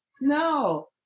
No